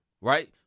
right